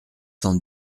cent